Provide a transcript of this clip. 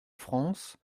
france